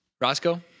Roscoe